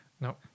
No